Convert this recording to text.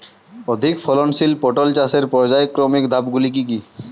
অধিক ফলনশীল পটল চাষের পর্যায়ক্রমিক ধাপগুলি কি কি?